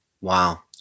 Wow